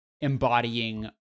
embodying